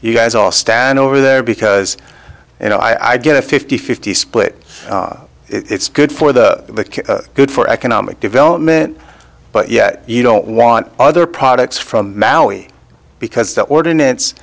you guys all stand over there because you know i get a fifty fifty split it's good for the good for economic development but yet you don't want other products from malory because the ordinance